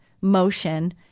motion